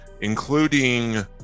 including